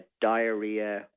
diarrhea